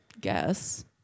guess